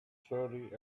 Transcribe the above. surrey